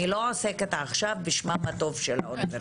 אני לא עוסקת עכשיו בשמם הטוב של האוניברסיטאות.